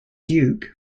duke